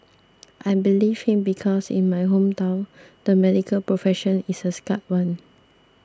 I believed him because in my hometown the medical profession is a sacred one